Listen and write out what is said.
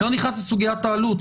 אני לא נכנס לסוגיית העלות,